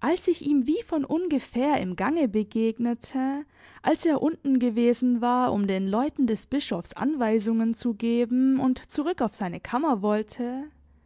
als ich ihm wie von ungefähr im gange begegnete als er unten gewesen war um den leuten des bischofs anweisungen zu geben und zurück auf seine kammer wollte